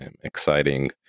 exciting